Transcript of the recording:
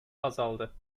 azaldı